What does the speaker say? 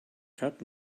cup